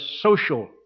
social